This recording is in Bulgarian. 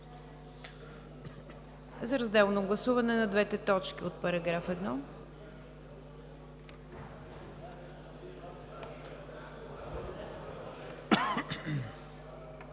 за разделно гласуване на двете точки от § 1.